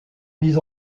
mis